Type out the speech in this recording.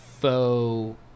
faux